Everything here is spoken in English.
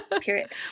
Period